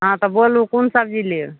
हँ तऽ बोलू कोन सबजी लेब